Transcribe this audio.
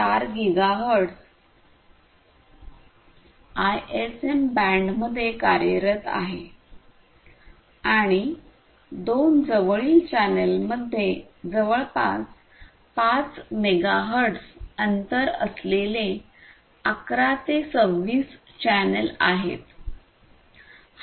4गिगाहर्ट्झ ISM बँडमध्ये कार्यरत आहे आणि दोन जवळील चॅनेल मध्ये जवळपास 5 मेगाहेर्ट्झ अंतर असलेले 11 ते 26 चॅनेल आहेत